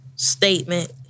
Statement